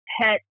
pet